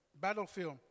battlefield